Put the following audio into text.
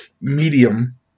medium